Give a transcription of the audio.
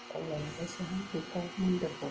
बावलाय लांबायसोहाय आं बेखौ मन्दिरखौ